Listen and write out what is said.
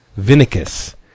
Vinicus